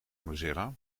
mozilla